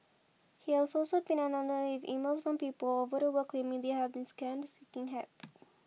he also been inundated and most of people all over the world claiming they have been scammed seeking help